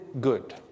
good